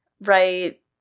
right